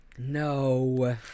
No